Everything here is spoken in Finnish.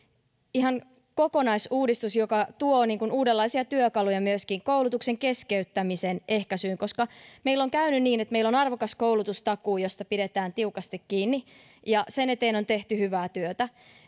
ihan kokonaisuudistus joka tuo uudenlaisia työkaluja myöskin koulutuksen keskeyttämisen ehkäisyyn koska meillä on käynyt niin että meillä on arvokas koulutustakuu josta pidetään tiukasti kiinni ja jonka eteen on tehty hyvää työtä